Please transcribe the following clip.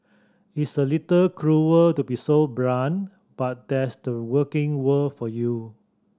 it's a little cruel to be so blunt but that's the working world for you